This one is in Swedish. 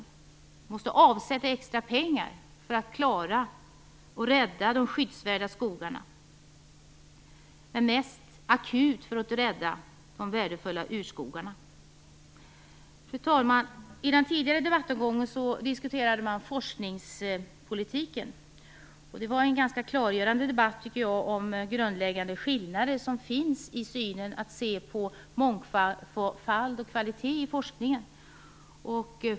Vi måste avsätta extra pengar för att klara att rädda de skyddsvärda skogarna. Men mest akut är det att rädda de värdefulla urskogarna. Fru talman! I den tidigare debattomgången diskuterade man forskningspolitiken. Det var en ganska klarläggande debatt, tycker jag, om grundläggande skillnader i synen på mångfald och kvalitet i forskningen.